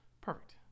Perfect